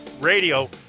Radio